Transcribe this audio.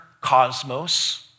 cosmos